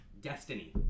Destiny